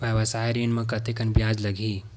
व्यवसाय ऋण म कतेकन ब्याज लगही?